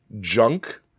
junk